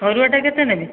ଅରୁଆଟା କେତେ ନେବେ